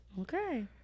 Okay